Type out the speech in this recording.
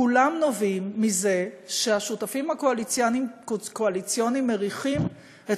כולם נובעים מזה שהשותפים הקואליציוניים מריחים את